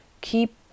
keep